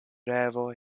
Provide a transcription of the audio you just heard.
revo